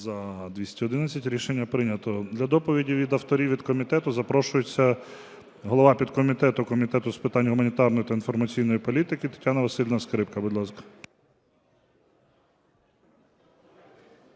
За-211 Рішення прийнято. Для доповіді від авторів від комітету запрошується голова підкомітету Комітету з питань гуманітарної та інформаційної політики Тетяна Василівна Скрипка. Будь ласка.